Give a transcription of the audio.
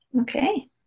Okay